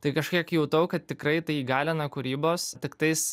tai kažkiek jutau kad tikrai tai įgalina kūrybos tiktais